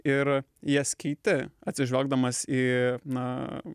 ir jas keiti atsižvelgdamas į na